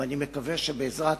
ואני מקווה שבעזרת